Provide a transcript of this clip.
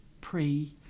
pre